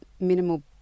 minimal